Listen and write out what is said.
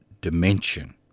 dimension